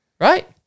Right